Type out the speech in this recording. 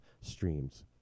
streams